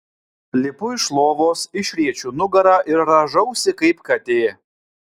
lipu iš lovos išriečiu nugarą ir rąžausi kaip katė